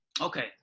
Okay